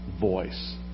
voice